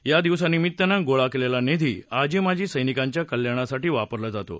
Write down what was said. या दिवसानिमित्तानं गोळा केलेला निधी आजी माजी सैनिकांच्या कल्याणासाठी वापरला जातो